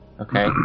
Okay